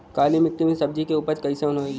काली मिट्टी में सब्जी के उपज कइसन होई?